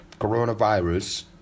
coronavirus